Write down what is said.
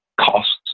costs